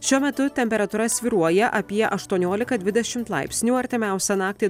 šiuo metu temperatūra svyruoja apie aštuoniolika dvidešimt laipsnių artimiausią naktį